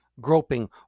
groping